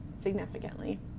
significantly